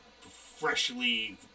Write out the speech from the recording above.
freshly